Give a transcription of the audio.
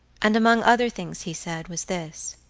and among other things he said was this